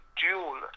duel